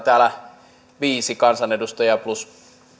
täällä viisi kansanedustajaa plus